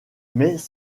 mais